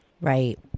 Right